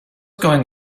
going